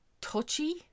touchy